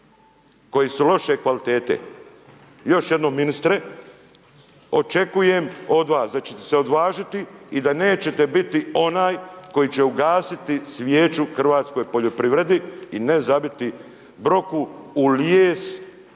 koji su loše kvalitete. Još jednom ministre, očekujem od vas da ćete se odvažiti i da nećete biti onaj koji će ugasiti svijeću hrvatskoj poljoprivredi i ne zabiti broku u lijes